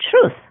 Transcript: truth